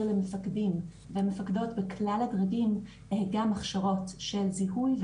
למפקדים ולמפקדות בכלל הדרגים גם הכשרות של זיהוי,